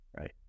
right